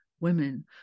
women